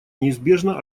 неизбежно